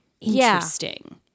Interesting